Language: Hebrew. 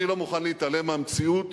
אני לא מוכן להתעלם מהמציאות,